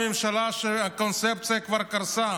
הממשלה טרם הפנימה שהקונספציה כבר קרסה.